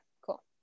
cool